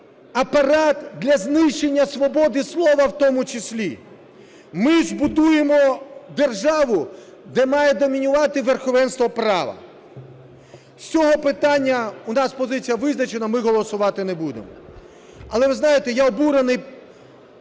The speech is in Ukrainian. апарат для знищення свободи слова в тому числі. Ми ж будуємо державу, де має домінувати верховенство права. З цього питання у нас позиція визначена: ми голосувати не будемо. Але ви знаєте, я обурений